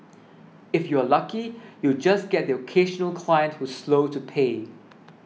if you're lucky you'll just get the occasional client who's slow to pay